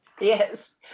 Yes